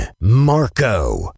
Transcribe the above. Marco